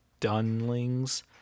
dunlings